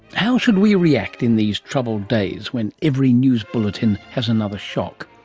how should we react in these troubled days when every news bulletin has another shock?